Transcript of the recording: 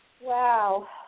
Wow